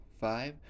five